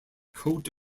coat